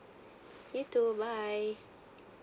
you too bye